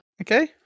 Okay